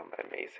amazing